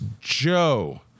Joe